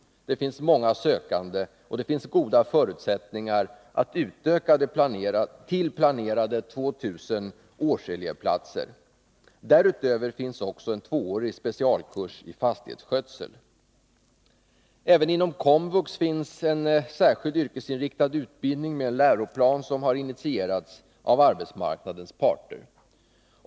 Det finns många sökande, och det finns goda förutsättningar att utöka till planerade 2 000 årselevplatser. Därutöver finns en tvåårig specialkurs i fastighetsskötsel. Även inom KOMVUX finns en särskild yrkesinriktad utbildning med en läroplan som har initierats av arbetsmarknadens parter.